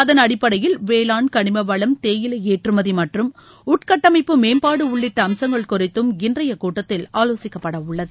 அதன் அடிப்படையில் வேளாண் கனிமவளம் தேயிலை ஏற்றுமதி மற்றும் உட்கட்டமைப்பு மேம்பாடு உள்ளிட்ட அம்சங்கள் குறித்தும் இன்றைய கூட்டத்தில் ஆலோசிக்கப்பட உள்ளது